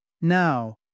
Now